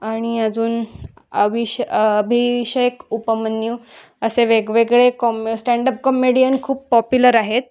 आणि अजून अभिष अभिषेक उपमन्यू असे वेगवेगळे कॉमे स्टँडअप कॉमेडियन खूप पॉप्युलर आहेत